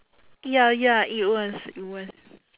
ya ya it was it was